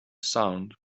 sound